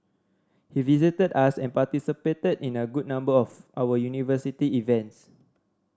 he visited us and participated in a good number of our university events